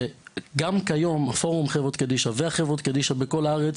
שגם כיום פורום חברות קדישא וחברות קדישא בכל הארץ